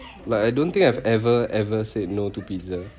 like I don't think I've ever ever said no to pizza